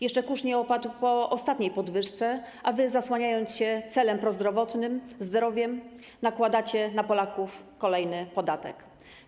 Jeszcze kurz nie opadł po ostatniej podwyżce, a wy, zasłaniając się celem prozdrowotnym, zdrowiem, nakładacie na Polaków kolejny podatek.